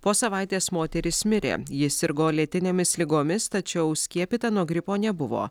po savaitės moteris mirė ji sirgo lėtinėmis ligomis tačiau skiepyta nuo gripo nebuvo